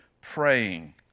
praying